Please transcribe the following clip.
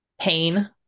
pain